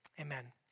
Amen